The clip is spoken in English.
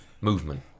movement